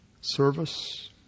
service